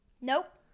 Nope